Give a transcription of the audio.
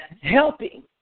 helping